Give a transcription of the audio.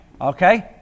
okay